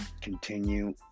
continue